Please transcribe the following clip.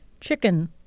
chicken